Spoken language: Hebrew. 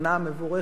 מבורכת,